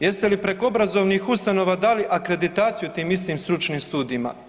Jeste li preko obrazovnih ustanova dali akreditaciju tim istim stručnim studijima?